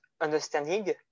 understanding